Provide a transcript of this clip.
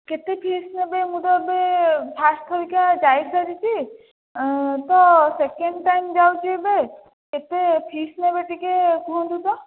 କେତେ ଫିସ ନେବେ ମୁଁ ତ ଏବେ ଫାଷ୍ଟ ଥରିକା ଯାଇ ସାରିଛି ତ ସେକେଣ୍ଡ ଟାଇମ ଯାଉଛି ଏବେ କେତେ ଫିସ ନେବେ ଟିକେ କୁହନ୍ତୁ ତ